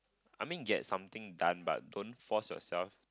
I mean get something but don't force yourself